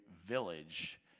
village